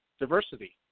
diversity